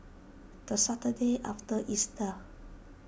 the Saturday after Easter